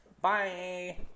bye